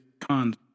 cons